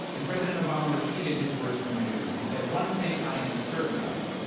and president obama repeated his words from june. he said, one thing i am certain of,